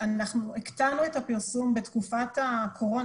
אנחנו הקטנו את הפרסום בתקופת הקורונה,